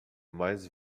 mais